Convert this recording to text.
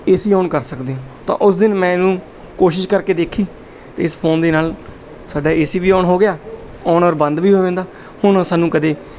A C on ਕਰ ਸਕਦੇ ਹੋ ਤਾਂ ਉਸ ਦਿਨ ਮੈਂ ਇਹਨੂੰ ਕੋਸ਼ਿਸ਼ ਕਰਕੇ ਦੇਖੀ ਅਤੇ ਇਸ ਫ਼ੋਨ ਦੇ ਨਾਲ ਸਾਡਾ ਏ ਸੀ ਵੀ ਔਨ ਹੋ ਗਿਆ ਔਨ ਔਰ ਬੰਦ ਵੀ ਹੋ ਜਾਂਦਾ ਹੁਣ ਸਾਨੂੰ ਕਦੇ